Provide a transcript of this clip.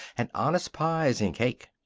and honest pies and cake.